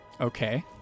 Okay